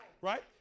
Right